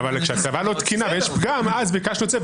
--- כשהצוואה לא תקינה ויש פגם אז כן ביקשנו את זה.